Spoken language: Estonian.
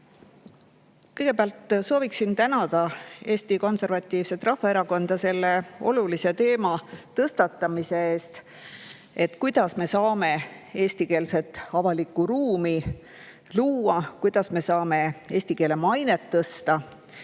Kõigepealt sooviksin tänada Eesti Konservatiivset Rahvaerakonda selle olulise teema tõstatamise eest, kuidas me saame eestikeelset avalikku ruumi luua, kuidas me saame eesti keele mainet tõsta